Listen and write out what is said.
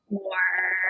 more